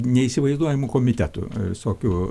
neįsivaizduojamų komitetų visokių